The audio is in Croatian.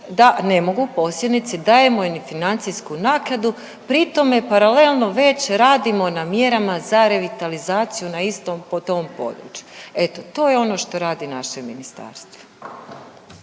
da ne mogu posjednici dajemo im financijsku naknadu, pri tome paralelno već radimo na mjerama za revitalizaciju na istom tom području. Eto, to je ono što radi naše ministarstvo.